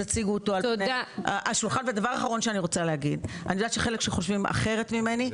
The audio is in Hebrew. אני יודעת שחלק חושבים אחרת ממני.